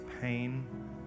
pain